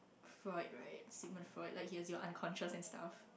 right like he has your unconscious and stuff